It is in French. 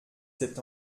sept